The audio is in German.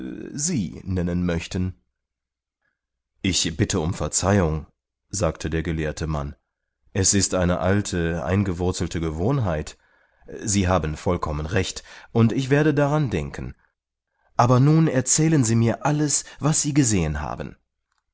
sie nennen möchten ich bitte um verzeihung sagte der gelehrte mann es ist eine alte eingewurzelte gewohnheit sie haben vollkommen recht und ich werde daran denken aber nun erzählen sie mir alles was sie gesehen haben